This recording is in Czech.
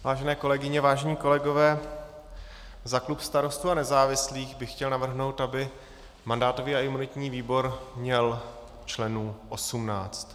Vážené kolegyně a vážení kolegové, za klub Starostů a nezávislých bych chtěl navrhnout, aby mandátový a imunitní výbor měl členů 18.